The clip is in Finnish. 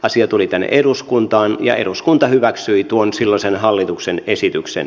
asia tuli tänne eduskuntaan ja eduskunta hyväksyi tuon silloisen hallituksen esityksen